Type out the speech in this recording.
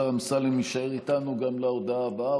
השר אמסלם יישאר איתנו גם להודעה הבאה,